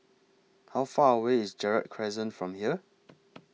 How Far away IS Gerald Crescent from here